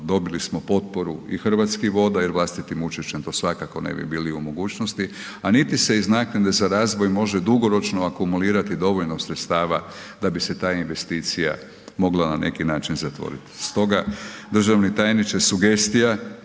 dobili smo potporu i Hrvatskih voda je vlastitim učešćem to svakako ne bi bili u mogućnosti a niti se iz naknade za razvoj može dugoročno akumulirati dovoljno sredstava da bi se ta investicija mogla na neki način zatvoriti. Stoga, državni tajniče sugestija,